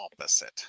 opposite